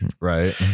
Right